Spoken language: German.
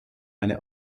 eine